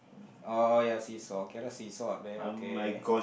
oh ya seesaw okay lah see saw up there okay